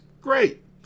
Great